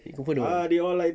he confirm don't want